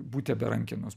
bute be rankenos